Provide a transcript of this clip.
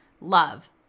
love